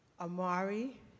Amari